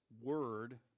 word